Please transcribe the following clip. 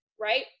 right